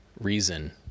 reason